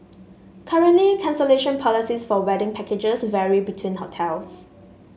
currently cancellation policies for wedding packages vary between hotels